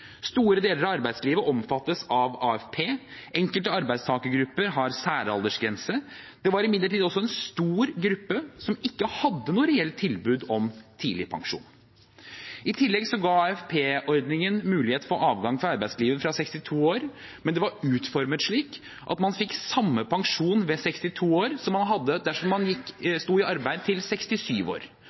Store deler av arbeidslivet omfattes av AFP. Enkelte arbeidstakergrupper har særaldersgrense. Det var imidlertid også en stor gruppe som ikke hadde noe reelt tilbud om tidlig pensjon. I tillegg ga AFP-ordningen mulighet for avgang fra arbeidslivet fra 62 år, men det var utformet slik at man fikk samme pensjon ved 62 år som man hadde dersom man sto i arbeid til 67 år.